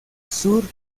sur